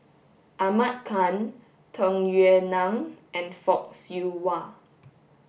Ahmad Khan Tung Yue Nang and Fock Siew Wah